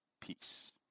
peace